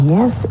Yes